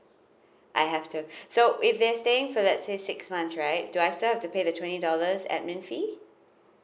I have to so if they staying for let's say six months right do I still have to pay the twenty dollars admin fee